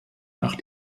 nach